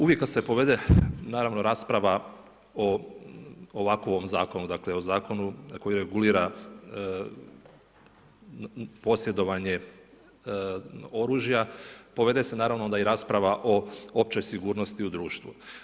Uvijek kada se povede, naravno rasprava o ovakvom ovom zakonu, dakle o zakonu koji regulira posjedovanje oružja, povede se onda naravno i rasprava o općoj sigurnosti u društvu.